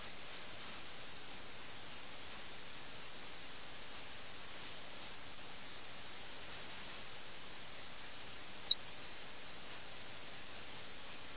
അതിനാൽ ഇത് സംസ്ഥാനത്തിന്റെ ഉദ്യോഗസ്ഥനും പ്രഭുവും സംസ്ഥാന ഭരണാധികാരിയും തമ്മിലുള്ള കരാറാണ്